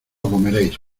comeréis